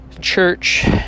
church